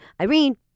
Irene